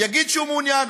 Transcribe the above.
יגיד שהוא מעוניין.